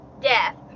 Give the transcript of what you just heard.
death